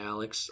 Alex